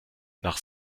nach